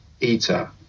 eater